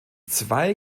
zwei